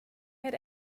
had